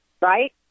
right